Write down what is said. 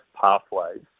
pathways